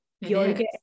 yoga